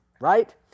right